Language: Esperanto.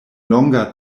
longa